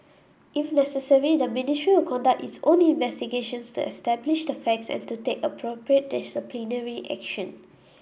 if necessary the Ministry will conduct its own investigations to establish the facts and to take appropriate disciplinary action